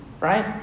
Right